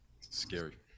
Scary